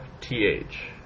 T-H